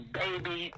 baby